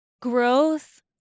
Growth